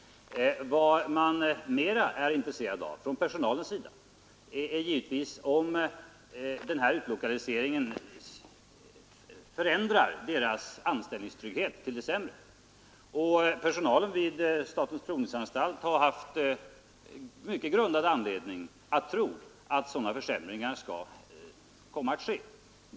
Vad man mera är intresserad av från personalens sida är givetvis om utlokaliseringen förändrar anställningstryggheten till det sämre. Personalen vid statens provningsanstalt har haft väl grundad anledning att tro att sådana försämringar kommer att ske.